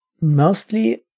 mostly